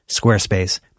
Squarespace